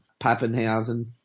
Pappenhausen